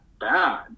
Bad